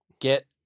Get